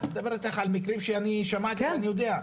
אני מדבר איתך על מקרים שאני שמעתי ואני יודע.